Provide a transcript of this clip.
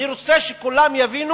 אני רוצה שכולם יבינו